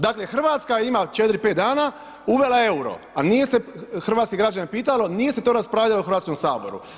Dakle Hrvatska ima 4, 5 dana, uvela je euro a nije se hrvatske građane pitalo, nije se to raspravljalo u Hrvatskom saboru.